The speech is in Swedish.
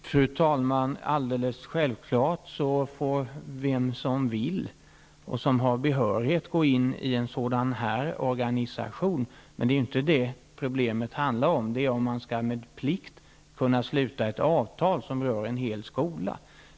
Fru talman! Alldeles självklart får vem som vill och som har behörighet gå in i en sådan här organisation, men det är ju inte det som problemet handlar om. Det handlar om huruvida man skall kunna sluta ett förpliktande avtal som rör en hel skola.